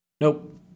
Nope